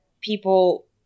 people